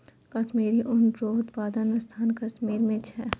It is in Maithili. कश्मीरी ऊन रो उप्तादन स्थान कश्मीर मे छै